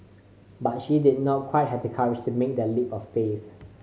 but she did not quite have the courage to make that leap of faith